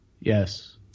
Yes